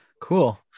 Cool